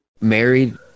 married